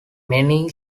many